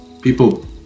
People